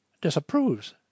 Disapproves